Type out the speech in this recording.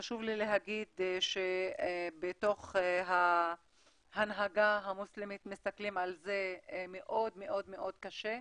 חשוב לי להגיד שבתוך ההנהגה המוסלמית מסתכלים על זה מאוד מאוד קשה,